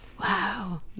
Wow